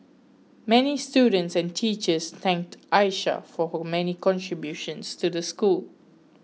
many students and teachers thanked Aisha for her many contributions to the school